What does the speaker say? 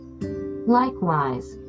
Likewise